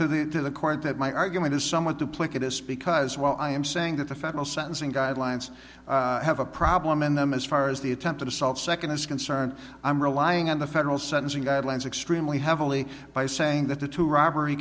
to the to the court that my argument is somewhat duplicate us because while i am saying that the federal sentencing guidelines have a problem in them as far as the attempted assault second is concerned i'm relying on the federal sentencing guidelines extremely heavily by saying that the two robbery